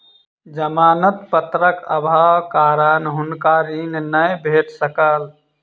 जमानत पत्रक अभावक कारण हुनका ऋण नै भेट सकल